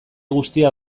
guztia